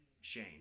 Shane